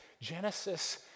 Genesis